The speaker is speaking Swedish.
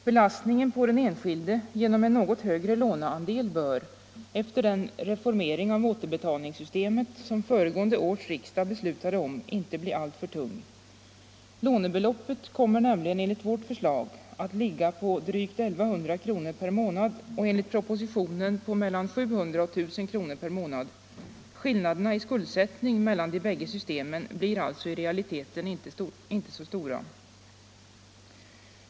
Belastningen på den enskilde genom en något högre låneandel bör, efter den reformering av återbetalningssystemet som föregående års riksdag beslutade om, inte bli alltför tung. Lånebeloppet kommer nämligen enligt vårt förslag att ligga på drygt 1 100 kr. per månad och enligt propositionen på mellan 700 och 1000 kr. per månad. Skillnaderna i skuldsättning mellan de bägge systemen blir alltså i realiteten inte så stora.